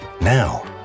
Now